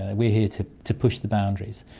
we're here to to push the boundaries.